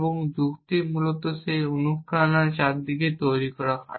এবং যুক্তি মূলত সেই অনুপ্রেরণার চারপাশে তৈরি করা হয়